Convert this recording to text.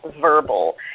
verbal